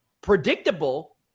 Predictable